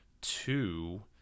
two